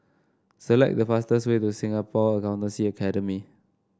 select the fastest way to Singapore Accountancy Academy